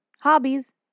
hobbies